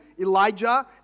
Elijah